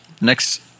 Next